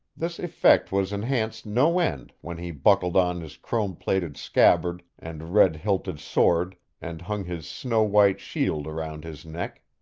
this effect was enhanced no end when he buckled on his chrome-plated scabbard and red-hilted sword and hung his snow-white shield around his neck.